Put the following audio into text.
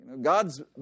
God's